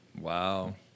Wow